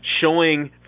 showing